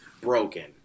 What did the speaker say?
broken